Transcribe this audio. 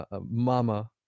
Mama